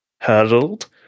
hurdled